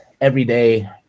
everyday